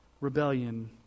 rebellion